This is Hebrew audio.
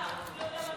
תמשיכו את זה בחוץ.